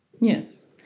Yes